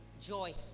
Joy